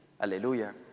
Hallelujah